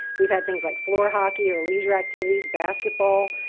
we've had things like floor hockey, or leisure activities basketball.